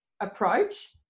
approach